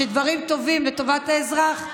כשדברים טובים לטובת האזרח,